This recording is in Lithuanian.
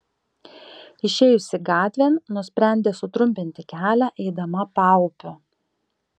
išėjusi gatvėn nusprendė sutrumpinti kelią eidama paupiu